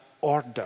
order